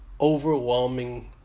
overwhelming